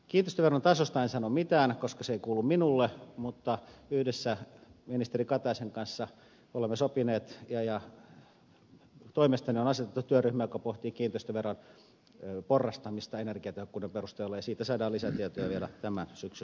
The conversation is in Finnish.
kiinteistöveron tasosta en sano mitään koska se ei kuulu minulle mutta yhdessä ministeri kataisen kanssa olemme sopineet ja toimestani on asetettu työryhmä joka pohtii kiinteistöveron porrastamista energiatehokkuuden perusteella ja siitä saadaan lisätietoja vielä tämän syksyn aikana